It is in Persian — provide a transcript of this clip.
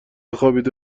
خوابیده